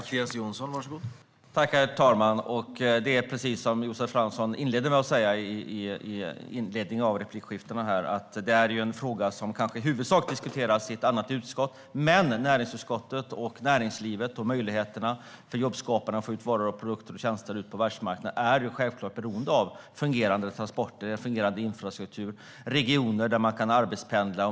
Herr talman! Det är precis som Josef Fransson inledde med att säga i replikskiftet, att det här är en fråga som kanske i huvudsak diskuteras i ett annat utskott. Men det här är näringsutskottet. Och när det gäller näringslivet och möjligheterna för jobbskapande och att få ut varor, produkter och tjänster på världsmarknaden är man självklart beroende av fungerande transporter, fungerande infrastruktur och regioner där man kan arbetspendla.